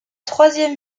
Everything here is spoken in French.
troisième